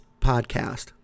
podcast